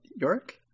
York